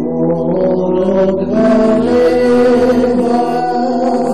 (שירת "התקווה") תם סדר-היום.